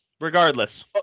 Regardless